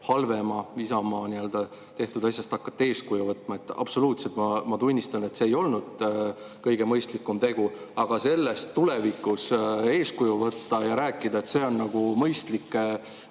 halvemast Isamaa tehtud asjast eeskuju võtma. Absoluutselt, ma tunnistan, et see ei olnud kõige mõistlikum tegu, aga sellest tulevikus eeskuju võtmine ja rääkimine, et see on mõistlik